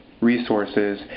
resources